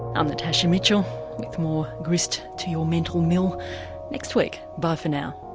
i'm natasha mitchell with more grist to your mental mill next week. bye for now